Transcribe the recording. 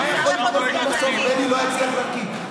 מה יכול לקרות אם בסוף בני לא יצליח להרכיב?